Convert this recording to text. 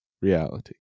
reality